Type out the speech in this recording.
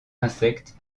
insectes